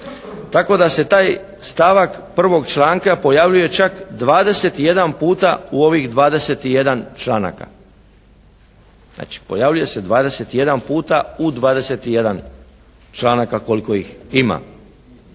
Tako da se taj stavak 1. članka pojavljuje čak 21 puta u ovih 21 članaka. Znači pojavljuje se 21 puta u 21 članaka koliko ih ima.